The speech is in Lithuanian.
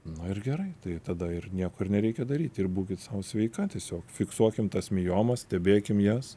nu ir gerai tai tada ir nieko ir nereikia daryti ir būkit sau sveika tiesiog fiksuokim tas miomas stebėkim jas